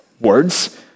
Words